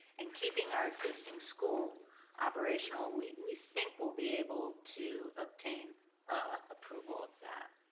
and keeping our existing school operational. we we think we'll be able to obtain ah approval of that.